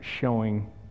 showing